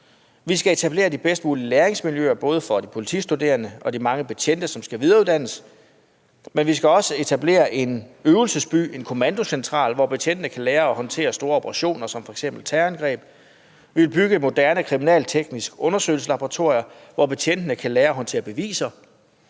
Vi skal etablere de bedst mulige læringsmiljøer, både for de politistuderende og de mange betjente, som skal videreuddannes, men vi skal også etablere en øvelsesby og en kommandocentral, hvor betjentene kan lære at håndtere store operationer som f.eks. terrorangreb. Vi vil bygge moderne kriminaltekniske undersøgelseslaboratorier, hvor betjentene kan lære at håndtere beviser,